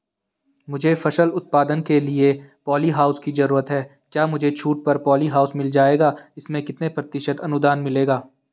मुझे फसल उत्पादन के लिए प ॉलीहाउस की जरूरत है क्या मुझे छूट पर पॉलीहाउस मिल जाएगा इसमें कितने प्रतिशत अनुदान मिलेगा?